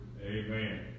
Amen